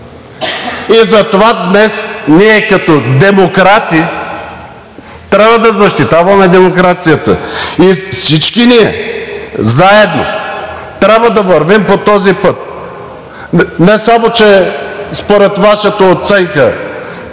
и затова днес ние като демократи трябва да защитаваме демокрацията. Всички ние заедно трябва да вървим по този път. Не само че според Вашата оценка